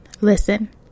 listen